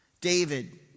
David